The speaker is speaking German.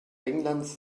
englands